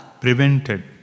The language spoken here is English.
prevented